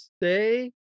stay